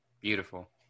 beautiful